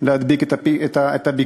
להדביק את הביקוש